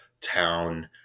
town